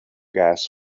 gas